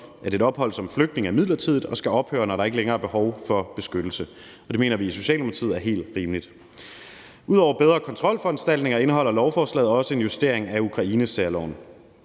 at et ophold som flygtning er midlertidigt og skal ophøre, når der ikke længere er behov for beskyttelse. Det mener vi i Socialdemokratiet er helt rimeligt. Udover bedre kontrolforanstaltninger indeholder lovforslaget også en justering af Ukrainesærloven.